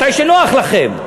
מתי שנוח לכם.